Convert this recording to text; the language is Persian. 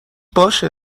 باشه